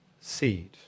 seed